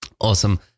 Awesome